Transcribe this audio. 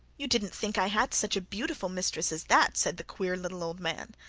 you didn't think i had such a beautiful mistress as that said the queer little man.